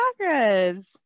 Chakras